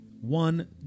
one